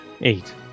eight